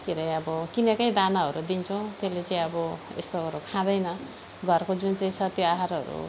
के अरे अब किनेकै दानाहरू दिन्छौँ त्यसले चाहिँ अब यस्तोहरू खाँदैन घरको जुन चाहिँ छ त्यो आहरहरू